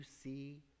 see